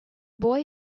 boy